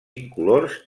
incolors